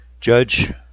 Judge